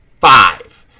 five